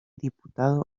diputado